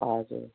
हजुर